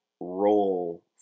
role